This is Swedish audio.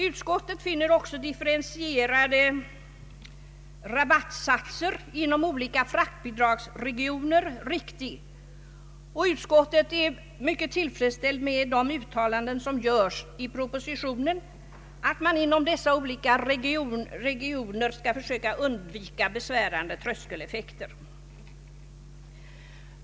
Utskottet finner det också riktigt med differentierade rabattsatser inom olika fraktbidragsregioner och är också tillfredsställt med uttalandena i propositionen att man inom dessa olika regioner skall försöka undvika besvärande tröskeleffekter.